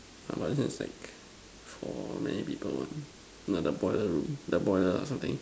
I but this one is like for many people one the boiler room the boiler or something